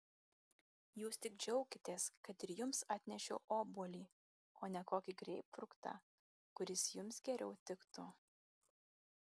jūs tik džiaukitės kad ir jums atnešiau obuolį o ne kokį greipfrutą kuris jums geriau tiktų